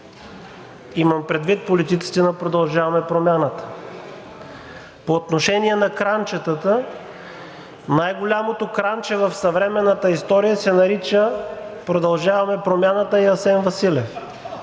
имам предвид политиците на „Продължаваме Промяната“. По отношение на кранчетата, най-голямото кранче в съвременната история се нарича „Продължаваме Промяната“ и Асен Василев